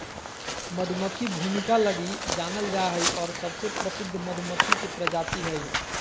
मधुमक्खी भूमिका लगी जानल जा हइ और सबसे प्रसिद्ध मधुमक्खी के प्रजाति हइ